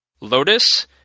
Lotus